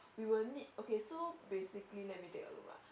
you will need okay so basically let me take a look ah